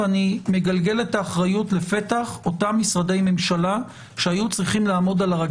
ואני מגלגל את האחריות לפתח אותם משרדי ממשלה שהיו צריכים לומר: